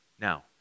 Now